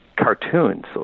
cartoons